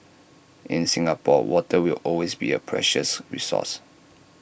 in Singapore water will always be A precious resource